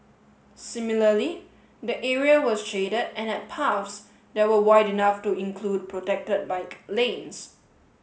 similarly the area was shaded and had paths that were wide enough to include protected bike lanes